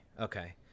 Okay